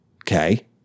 Okay